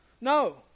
No